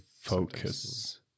focus